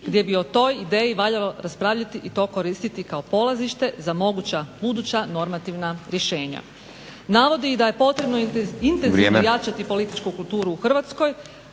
gdje bi o toj ideji valjalo raspravljati i to koristiti kao polazište za moguća buduća normativna rješenja. Navodi i da je potrebno intenzivno jačati političku kulturu u Hrvatskoj,